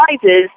prizes